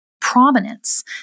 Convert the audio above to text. prominence